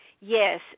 Yes